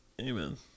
Amen